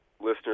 listeners